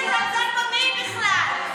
מיהי בכלל?